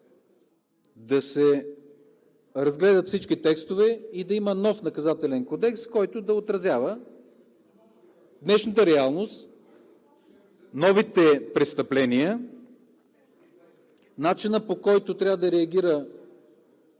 да се разгледат всички текстове и да има нов Наказателен кодекс, който да отразява днешната реалност, новите престъпления, начина, по който трябва да реагира